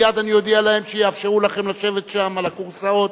מייד אני אודיע להם שיאפשרו לכם לשבת שם על הכורסאות,